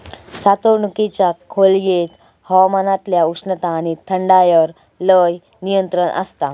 साठवणुकीच्या खोलयेत हवामानातल्या उष्णता आणि थंडायर लय नियंत्रण आसता